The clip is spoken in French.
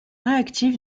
réactif